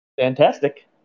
Fantastic